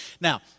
Now